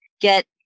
get